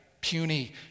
puny